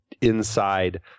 inside